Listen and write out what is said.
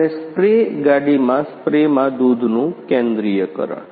અને સ્પ્રે ગાડીમાં સ્પ્રેમાં દૂધનું કેન્દ્રિકરણ